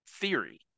theory